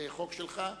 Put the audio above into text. החוק שלך מהמקום,